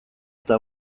eta